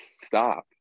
stop